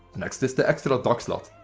next is the extra dog slot.